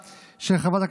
הביקורת.